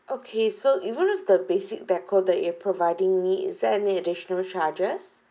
okay so you know those basic deco that you're providing me is there any additional charges